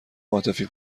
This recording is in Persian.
عاطفی